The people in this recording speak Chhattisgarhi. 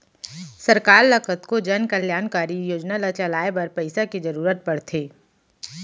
सरकार ल कतको जनकल्यानकारी योजना ल चलाए बर पइसा के जरुरत पड़थे